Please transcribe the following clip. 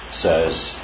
says